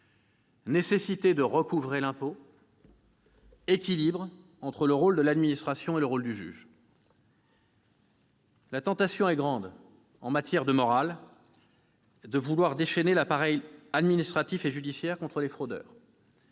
nécessité de recouvrer l'impôt, équilibre entre le rôle de l'administration et celui du juge ... La tentation est grande, en matière de morale, de vouloir déchaîner l'appareil administratif et judiciaire contre les fraudeurs.